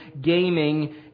gaming